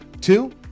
Two